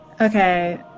Okay